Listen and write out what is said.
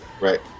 right